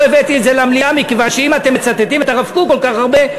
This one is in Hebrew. לא הבאתי את זה למליאה מכיוון שאם אתם מצטטים את הרב קוק כל כך הרבה,